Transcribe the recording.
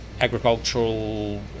agricultural